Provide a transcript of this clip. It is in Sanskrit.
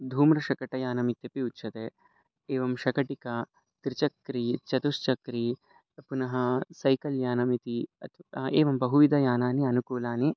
धूम्रशकटयानम् इत्यपि उच्यते एवं शकटिका त्रिचक्रिका चतुश्चक्रिका पुनः सैकल् यानम् इति अतः एवं बहुविधयानानि अनुकूलानि